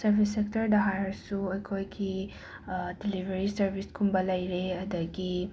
service ꯁꯦꯛꯇꯔꯗ ꯍꯥꯏꯔꯁꯨ ꯑꯩꯈꯣꯏꯒꯤ ꯗꯤꯂꯤꯕꯔꯤ ꯁꯔꯕꯤꯁꯀꯨꯝꯕ ꯂꯩꯔꯦ ꯑꯗꯒꯤ